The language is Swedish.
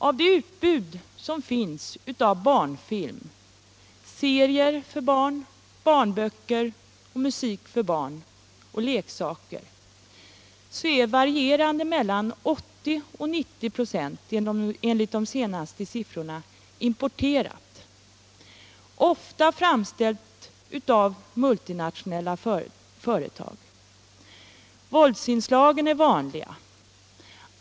Av det utbud som finns av barnfilm, serier, böcker, musik och leksaker för barn är enligt de senaste siffrorna mellan 80 och 90 96 importerat, ofta framställt av multinationella företag. Våldsinslagen är vanliga.